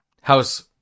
House